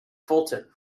fulton